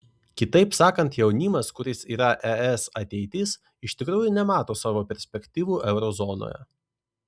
kitaip sakant jaunimas kuris yra es ateitis iš tikrųjų nemato savo perspektyvų euro zonoje